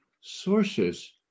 sources